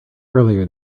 earlier